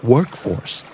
Workforce